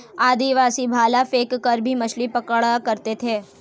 आदिवासी भाला फैंक कर भी मछली पकड़ा करते थे